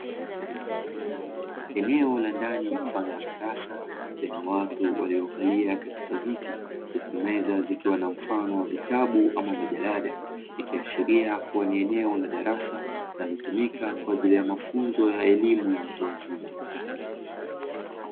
Eneo la ndani mfano wa darasa yenye watu waliokalia katika viti; huku meza zikiwa na mfano wa vitabu au majarada, ikiashiria kuwa ni eneo la darasa linalotumika kwa ajili ya mafunzo ya elimu ya watu wazima.